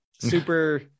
super